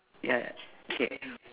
ya k